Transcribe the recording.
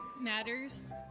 matters